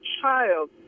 child